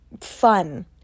fun